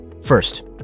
First